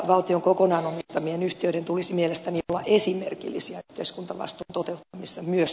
valtion kokonaan omistamien yhtiöiden tulisi mielestäni olla esimerkillisiä ja suuntavaisto toteaa missä mies